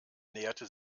näherte